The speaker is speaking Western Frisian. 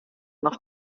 noch